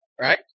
right